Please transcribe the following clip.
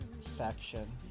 section